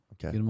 Okay